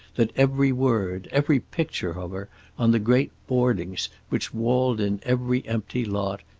that every word, every picture of her on the great boardings which walled in every empty lot,